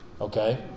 Okay